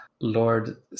Lord